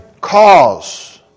cause